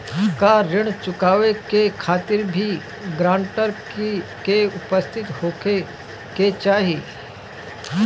का ऋण चुकावे के खातिर भी ग्रानटर के उपस्थित होखे के चाही?